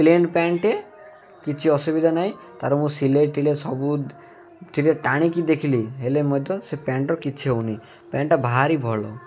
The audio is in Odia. ପ୍ଲେନ୍ ପ୍ୟାଣ୍ଟ୍ଟେ କିଛି ଅସୁବିଧା ନାହିଁ ତା'ର ମୁଁ ସିଲେଇ ଟିଲେ ସବୁଥିରେ ଟାଣିକି ଦେଖିଲି ହେଲେ ମଧ୍ୟ ସେ ପ୍ୟାଣ୍ଟ୍ର କିଛି ହଉନି ପ୍ୟାଣ୍ଟ୍ଟା ଭାରି ଭଲ